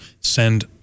send